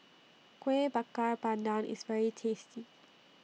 Kueh Bakar Pandan IS very tasty